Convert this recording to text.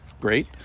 great